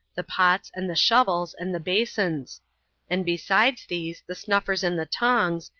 the pots, and the shovels, and the basons and besides these, the snuffers and the tongs,